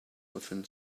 within